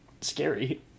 scary